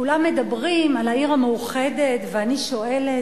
כולם מדברים על העיר המאוחדת, ואני שואלת: